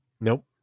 Nope